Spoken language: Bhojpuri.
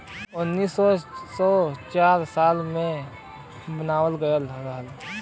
उन्नीस सौ चार मे बनावल गइल रहल